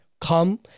come